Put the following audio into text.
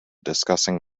discussing